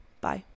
Bye